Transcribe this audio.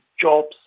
jobs